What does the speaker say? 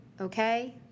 Okay